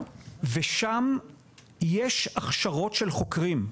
ושם יש הכשרות של חוקרים.